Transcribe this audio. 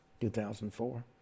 2004